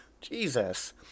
Jesus